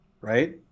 Right